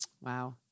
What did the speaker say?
Wow